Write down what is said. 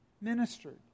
ministered